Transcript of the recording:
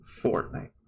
Fortnite